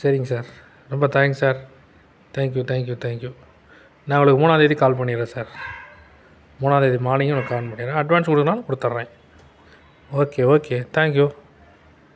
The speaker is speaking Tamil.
சரிங்க சார் ரொம்ப thanks sir thank you thank you thank you நான் உங்களுக்கு மூணாந்தேதி கால் பண்ணிடுறேன் சார் மூணாந்தேதி மார்னிங்கே உங்களுக்கு கால் பண்ணிடுறேன் அட்வான்ஸ் கொடுக்குறதுனாலும் கொடுத்துட்றேன் ஓகே ஓகே தேங்க்யூ